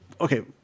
okay